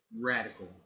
Radical